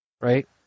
right